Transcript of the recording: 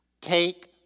Take